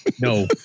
No